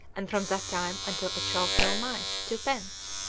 and from that time until it shall kill mice, two pence.